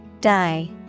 Die